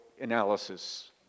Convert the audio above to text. analysis